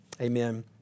Amen